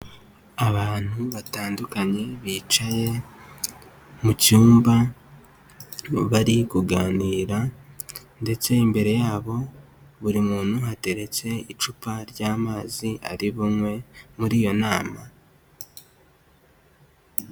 Abantu batandukanye, bicaye mu cyumba, bari kuganira, ndetse imbere yabo, buri muntu hateretse icupa ry'amazi ari bunywe muri iyo nama.